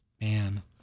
man